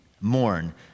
mourn